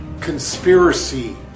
conspiracy